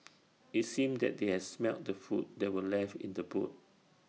IT seemed that they had smelt the food that were left in the boot